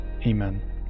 Amen